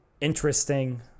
interesting